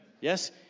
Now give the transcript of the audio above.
Yes